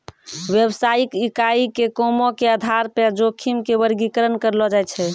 व्यवसायिक इकाई के कामो के आधार पे जोखिम के वर्गीकरण करलो जाय छै